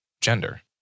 gender